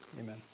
Amen